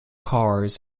cars